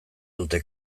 dute